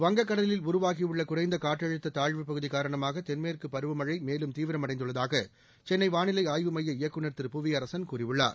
வங்கக்கடலில் உருவாகியுள்ள குறைந்த காற்றழுத்த தாழ்வுப்பகுதி காரணமாக தென்மேற்கு பருவமழை மேலும் தீவிரமடைந்துள்ளதாக சென்னை வானிலை ஆய்வு மைய இயக்குநர் திரு புவியரசன் கூறியுள்ளார்